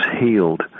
healed